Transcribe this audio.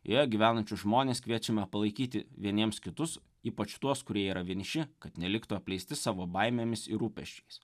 joje gyvenančius žmones kviečiame palaikyti vieniems kitus ypač tuos kurie yra vieniši kad neliktų apleisti savo baimėmis ir rūpesčiais